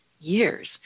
years